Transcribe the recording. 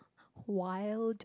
wild